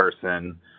person